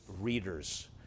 readers